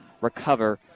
recover